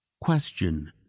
question